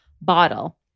bottle